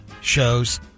shows